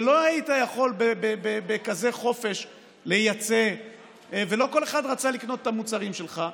שלא יכולת בכזה חופש לייצא ולא כל אחד רצה לקנות את המוצרים שלך,